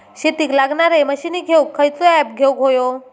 शेतीक लागणारे मशीनी घेवक खयचो ऍप घेवक होयो?